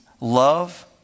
love